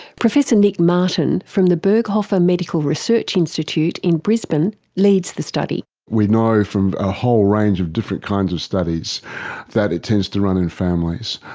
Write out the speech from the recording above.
professor nick martin from the berghofer medical research institute in brisbane leads the study. we know from a whole range of different kinds of studies that it tends to run in families,